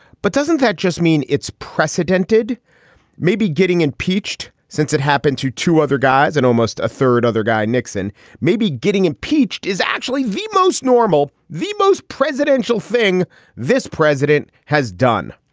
but doesn't that just mean it's precedented maybe getting impeached since it happened to two other guys and almost a third other guy? nixon maybe getting impeached is actually the most normal, the most presidential thing this president has done.